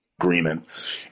agreement